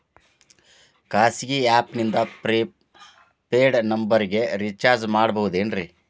ಖಾಸಗಿ ಆ್ಯಪ್ ನಿಂದ prepaid ನಂಬರಿಗ ರೇಚಾರ್ಜ್ ಮಾಡಬಹುದೇನ್ರಿ?